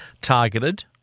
targeted